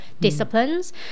disciplines